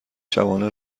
شبانه